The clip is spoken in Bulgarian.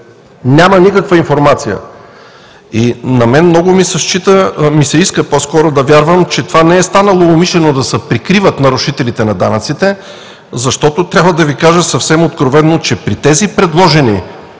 Няма никаква информация. На мен много ми се иска да вярвам, че това не е станало умишлено – да се прикриват нарушителите на данъците, защото трябва да Ви кажа съвсем откровено, че при тези предложени